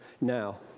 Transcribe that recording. now